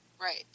right